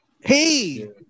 Hey